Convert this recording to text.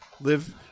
Live